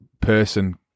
person